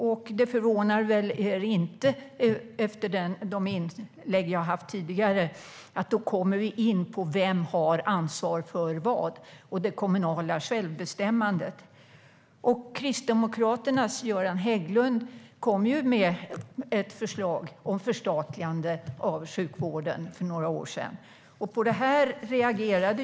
Efter de inlägg som jag har gjort tidigare förvånar det er nog inte att jag nu kommer in på vem som har ansvar för vad och det kommunala självbestämmandet. Kristdemokraternas Göran Hägglund kom för några år sedan med ett förslag om förstatligande av sjukvården. Läkarförbundet reagerade positivt på detta.